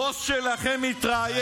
הבוס שלכם מתראיין,